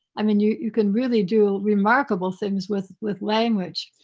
i mean, you you can really do remarkable things with with language.